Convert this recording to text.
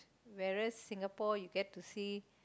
wheres as Singapore you get to see